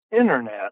internet